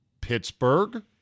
Pittsburgh